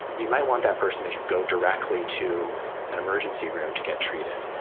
you might want that person go directly to an emergency room to get treated.